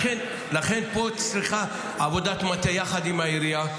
לכן פה צריך לעשות עבודת מטה יחד עם העירייה,